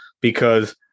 because-